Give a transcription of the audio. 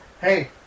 hey